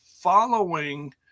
following